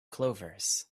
clovers